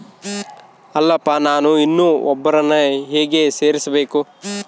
ಅಲ್ಲಪ್ಪ ನಾನು ಇನ್ನೂ ಒಬ್ಬರನ್ನ ಹೇಗೆ ಸೇರಿಸಬೇಕು?